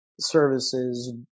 services